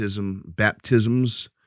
baptisms